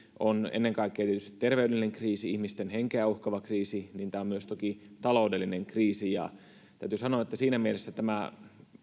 on ennen kaikkea tietysti terveydellinen kriisi ihmisten henkeä uhkaava kriisi niin tämä on toki myös taloudellinen kriisi täytyy sanoa että siinä mielessä tämä